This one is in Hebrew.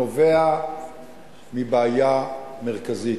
נובע מבעיה מרכזית.